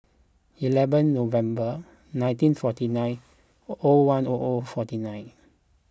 eleven November nineteen forty nine O one O O forty nine